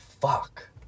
Fuck